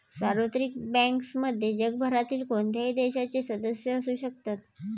सार्वत्रिक बँक्समध्ये जगभरातील कोणत्याही देशाचे सदस्य असू शकतात